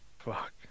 fuck